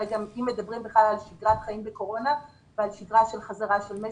אם מדברים על שגרת חיים בקורונה ועל שגרה של חזרה של משק,